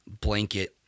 blanket